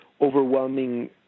overwhelming